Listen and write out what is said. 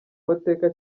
mateka